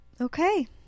Okay